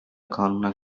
kanundan